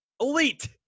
Elite